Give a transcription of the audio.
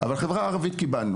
אבל בחברה הערבית קיבלנו.